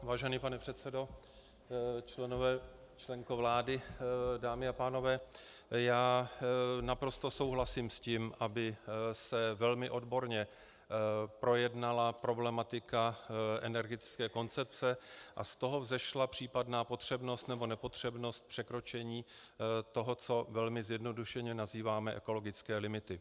Vážený pane předsedo, členko vlády, dámy a pánové, já naprosto souhlasím s tím, aby se velmi odborně projednala problematika energetické koncepce a z toho vzešla případná potřebnost, nebo nepotřebnost překročení toho, co velmi zjednodušeně nazýváme ekologické limity.